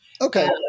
Okay